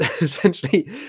essentially